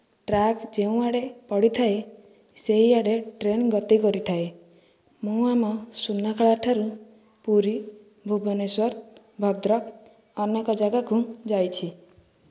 track ଯେଉଁଆଡ଼େ ପଡ଼ିଥାଏ ସେହିଆଡ଼େ ଟ୍ରେନ୍ ଗତି କରିଥାଏ ମୁଁ ଆମ ସୁନାଖେଳା ଠାରୁ ପୁରୀ ଭୁବନେଶ୍ୱର ଭଦ୍ରକ ଅନେକ ଜାଗାକୁ ଯାଇଛି